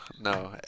no